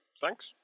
Thanks